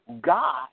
God